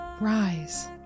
Rise